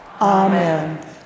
amen